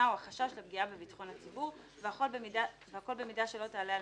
או החשש לפגיעה בביטחון הציבור והכל במידה שלא תעלה על